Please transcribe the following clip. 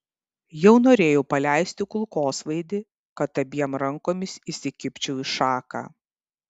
jau norėjau paleisti kulkosvaidį kad abiem rankomis įsikibčiau į šaką